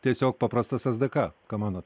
tiesiog paprastas es dė ka ką manot